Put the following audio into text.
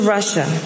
Russia